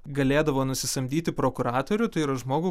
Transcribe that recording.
galėdavo nusisamdyti prokuratorių tai yra žmogų